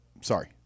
sorry